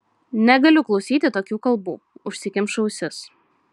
negaliu klausyti tokių kalbų užsikemšu ausis